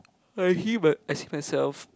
I see my I see myself